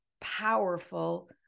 powerful